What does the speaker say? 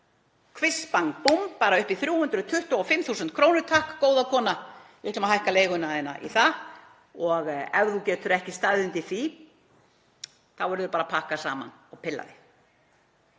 Kviss bang búmm, bara upp í 325.000 kr. takk, góða kona, við ætlum að hækka leiguna í það og ef þú getur ekki staðið undir því þá verður þú bara að pakka saman og pilla þig.